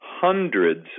hundreds